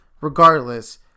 regardless